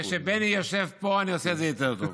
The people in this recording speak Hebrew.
כשבני יושב פה אני עושה את זה יותר טוב.